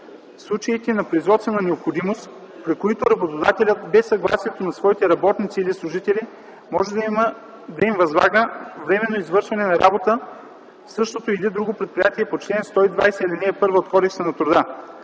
случаите на производствена необходимост, при които работодателят без съгласието на своите работници или служители може да им възлага временно извършването на работа в същото или в друго предприятие по чл. 120, ал. 1 от Кодекса на труда.